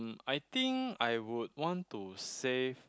I think I would want to save